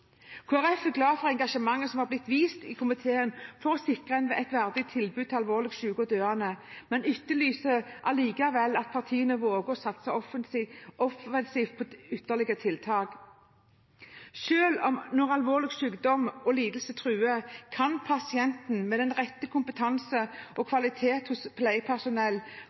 Folkeparti er glad for det engasjementet som har blitt vist i komiteen for å sikre et verdig tilbud til alvorlig syke og døende, men etterlyser likevel at partiene våger å satse offensivt på ytterligere tiltak. Selv når alvorlig sykdom og lidelse truer, kan pasienten, med den rette kompetanse og kvalitet hos pleiepersonell,